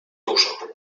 dużo